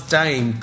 time